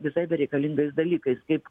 visai bereikalingais dalykais kaip